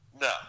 No